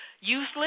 useless